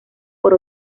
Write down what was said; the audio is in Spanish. por